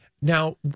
Now